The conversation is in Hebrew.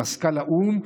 למזכ"ל האו"ם,